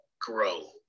grow